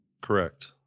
Correct